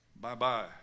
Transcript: Bye-bye